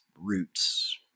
roots